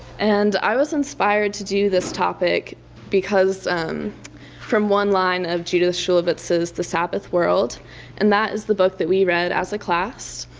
and i was inspired to do this topic because from one line of judith shulevitz' the the sabbath world and that is the book that we read as a class.